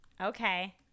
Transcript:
Okay